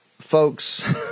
folks